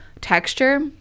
texture